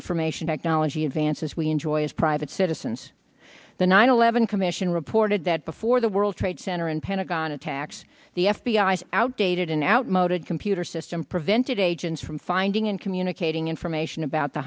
information technology advances we enjoy as private citizens the nine eleven commission reported that before the world trade center and pentagon attacks the f b i s outdated and outmoded computer system prevented agents from finding and communicating information about the